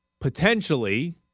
Potentially